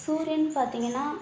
சூரியன் பார்த்திங்கன்னா